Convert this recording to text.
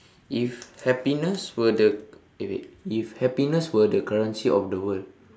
if happiness were the eh wait if happiness were the currency of the world